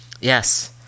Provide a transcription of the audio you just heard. Yes